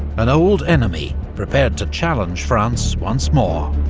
an old enemy prepared to challenge france once more.